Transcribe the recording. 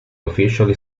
officially